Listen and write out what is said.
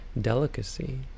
delicacy